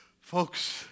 Folks